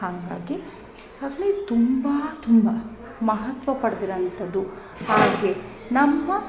ಹಂಗಾಗಿ ಸಗಣಿ ತುಂಬ ತುಂಬ ಮಹತ್ವ ಪಡೆದಿರೋ ಅಂಥದ್ದು ಹಾಗೆ ನಮ್ಮ